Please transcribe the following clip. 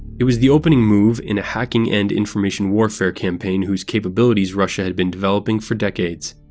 it was the opening move in a hacking and information warfare campaign whose capabilities russia had been developing for decades.